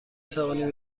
توانیم